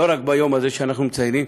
לא רק ביום הזה שאנחנו מציינים,